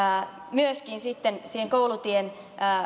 myöskin sitten sen koulutien